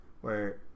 Where-